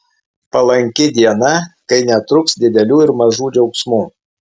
palanki diena kai netruks didelių ir mažų džiaugsmų